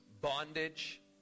bondage